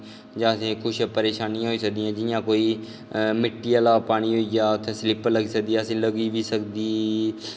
जां असेंगी कोई परेशानियां होई सकदियां जि'यां कोई मिट्टी आह्ला पानी होइयै उत्थेै सलिप लग्गी सकदी लग्गी बी सकदी